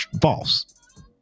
false